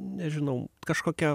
nežinau kažkokia